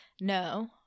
No